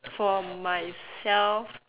for myself